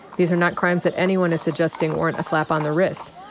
these are not crimes that anyone is suggesting warrant a slap on the wrist.